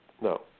no